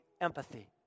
empathy